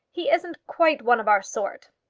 he isn't quite one of our sort.